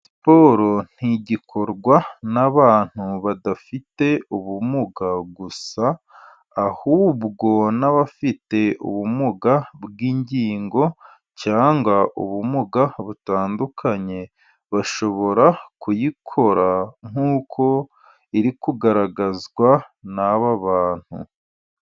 Raporo ntigikorwa n'abantu badafite ubumuga gusa, ahubwo n'abafite ubumuga bw'ingingo cyangwa ubumuga butandukanye, bashobora kuyikora nk'uko iri kugaragazwa n'aba bantu.